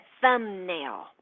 thumbnail